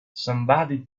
somebody